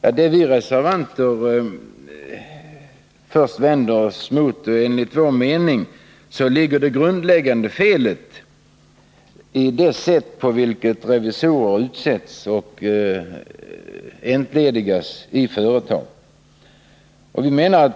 Men enligt reservanternas mening är det grundläggande felet det sätt på vilket revisorer utses och entledigas i företag.